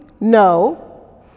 No